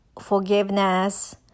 forgiveness